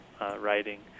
writing